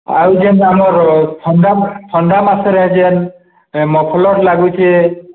ଆଉ ଯେମିତି ଆମର ଥଣ୍ଡା ଥଣ୍ଡା ମାସରେ ଯେଉଁ ମଫଲର୍ ଲାଗୁଛି